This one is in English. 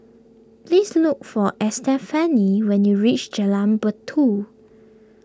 please look for Estefany when you reach Jalan Batu